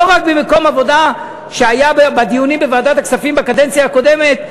לא רק במקום עבודה שהיה בדיונים בוועדת הכספים בקדנציה הקודמת,